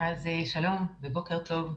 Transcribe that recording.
שלום ובוקר טוב.